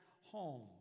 home